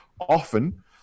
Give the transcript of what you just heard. Often